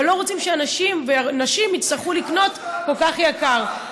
אבל לא רוצים שאנשים ונשים יצטרכו לקנות כל כך יקר.